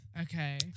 Okay